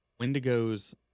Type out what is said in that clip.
wendigos